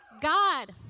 God